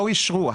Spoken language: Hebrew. לא אישרו.